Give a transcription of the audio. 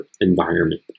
environment